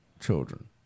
children